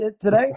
today